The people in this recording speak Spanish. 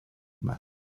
mar